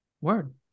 word